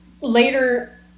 later